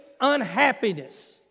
unhappiness